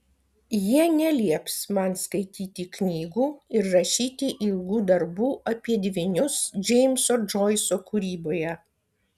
jie nelieps man skaityti knygų ir rašyti ilgų darbų apie dvynius džeimso džoiso kūryboje